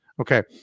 Okay